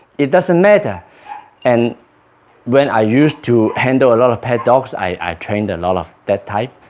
it doesn't matter and when i used to handle a lot of pet dogs, i trained a lot of that type,